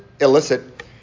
illicit